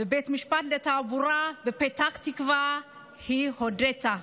בבית המשפט לתעבורה בפתח תקווה היא הודתה.